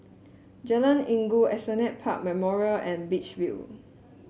Jalan Inggu Esplanade Park Memorials and Beach View